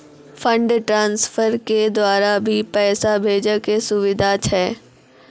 Fund transfer के द्वारा भी पैसा भेजै के सुविधा छै?